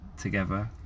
together